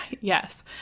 Yes